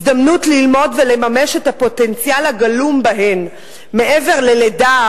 הזדמנות ללמוד ולממש את הפוטנציאל הגלום בהן מעבר ללידה,